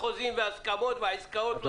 זה בדיני החוזים וההסכמות והעסקאות.